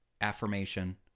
affirmation